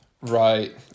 Right